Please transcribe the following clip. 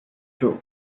through